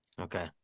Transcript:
Okay